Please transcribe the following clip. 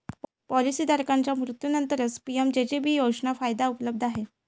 policy धारकाच्या मृत्यूनंतरच PMJJB योजनेचा फायदा उपलब्ध आहे